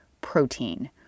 protein